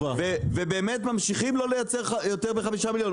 ובאמת ממשיכים לא לייצר יותר מ-5 מיליון.